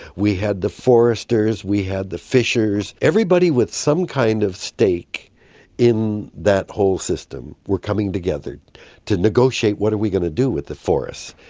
we had the foresters, we had the fishers, everybody with some kind of stake in that whole system were coming together to negotiate what are we going to do with the forests.